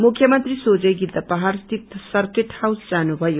मुख्यमंत्री सोझै गिद्धपहाड़ सिति सर्किट हाउस जानुभयो